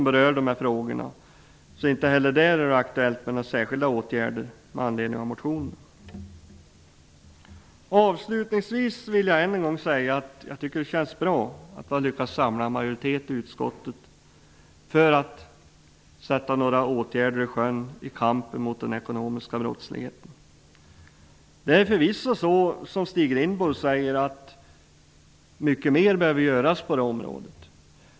Därför är det inte heller där aktuellt med några särskilda åtgärder med anledning av motionerna. Avslutningsvis vill jag än en gång säga att jag tycker att det känns bra att vi har lyckats samla en majoritet i utskottet för att vidta ett antal åtgärder mot den ekonomiska brottsligheten. Det är förvisso som Stig Rindborg säger -- mycket mer behöver göras på det här området.